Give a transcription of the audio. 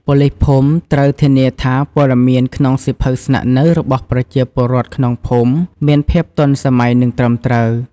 ប៉ូលីសភូមិត្រូវ ធានាថាព័ត៌មានក្នុងសៀវភៅស្នាក់នៅរបស់ប្រជាពលរដ្ឋក្នុងភូមិមានភាពទាន់សម័យ និងត្រឹមត្រូវ។